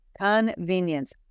Convenience